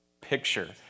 picture